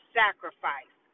sacrifice